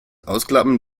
ausklappen